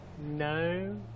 no